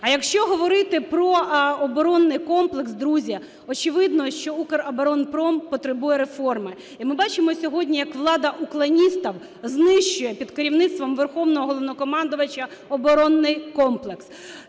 А якщо говорити про оборонний комплекс, друзі, очевидно, що "Укроборонпром" потребує реформи. І ми бачимо сьогодні, як влада "уклонистов" знищує під керівництвом Верховного Головнокомандувача оборонний комплекс.